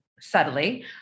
subtly